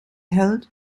held